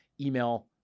email